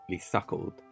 suckled